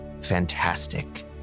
fantastic